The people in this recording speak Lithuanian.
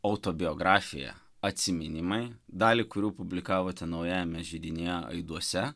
autobiografija atsiminimai dalį kurių publikavote naujajame židinyje aiduose